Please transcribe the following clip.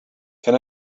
can